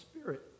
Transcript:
spirit